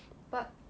but